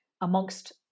amongst